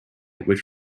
which